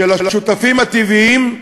של "השותפים הטבעיים",